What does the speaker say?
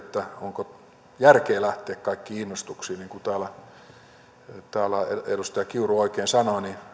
onko järkeä lähteä kaikkiin innostuksiin niin kuin täällä edustaja kiuru oikein sanoi niin